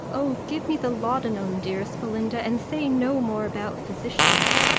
oh! give me the laudanum, dearest belinda, and say no more about physicians.